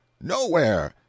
Nowhere